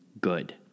good